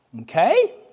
Okay